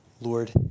Lord